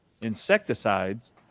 insecticides